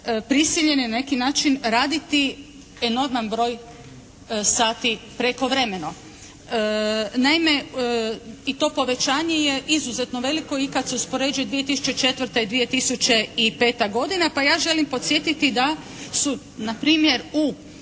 prisiljeni na neki način raditi enorman broj sati prekovremeno. Naime, i to povećanje je izuzetno veliko i kad se uspoređuje i 2004. i 2005. godina, pa ja želim podsjetiti da su na primjer u